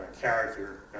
character